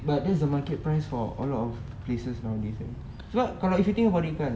but that is the market price for all of places nowadays kan sebab kalau if you think about it kan